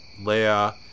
Leia